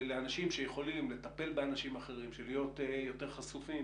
לאנשים שיכולים לטפל באנשים אחרים בשביל להיות יותר חשופים